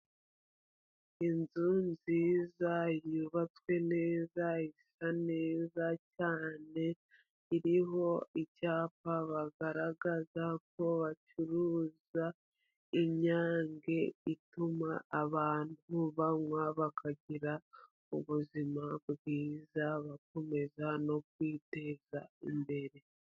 Inzu nziza, yubatswe neza, isa neza cyane, iriho ibyapa bagaragaza ko bacuruza inyange, ituma abantu banywa bakagira ubuzima bwiza, bakomeza no kwiteza imbere.